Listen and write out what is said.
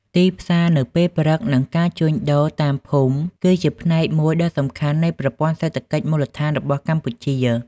ទីផ្សារនៅពេលព្រឹក និងការជួញដូរតាមភូមិគឺជាផ្នែកមួយដ៏សំខាន់នៃប្រព័ន្ធសេដ្ឋកិច្ចមូលដ្ឋានរបស់កម្ពុជា។